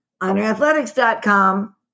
Honorathletics.com